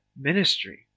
ministry